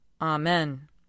Amen